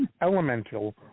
Elemental